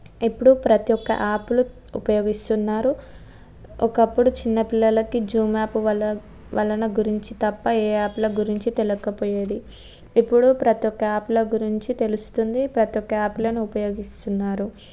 ఇప్పుడు ప్రతీ ఒక్క యాప్లు ఉపయోగిస్తున్నారు ఒకప్పుడు చిన్న పిల్లలకి జూమ్ యాప్ వల్ల వలన గురించి తప్ప ఏ యాప్ల గురించి తెలవకపోయేది ఇప్పుడు ప్రతొక్క యాప్ల గురించి గురించి తెలుస్తోంది ప్రతొక్క యాప్లను ఉపయోగిస్తున్నారు